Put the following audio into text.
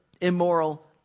immoral